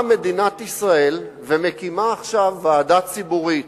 באה מדינת ישראל והקימה ועדה ציבורית